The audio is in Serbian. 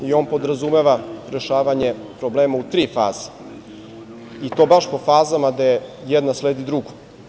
On podrazumeva rešavanje problema u tri faze i to baš po fazama gde jedna sledi drugu.